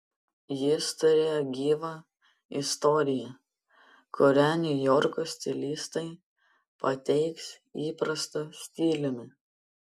jis turėjo gyvą istoriją kurią niujorko stilistai pateiks įprastu stiliumi